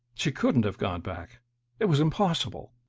she couldn't have gone back it was impossible!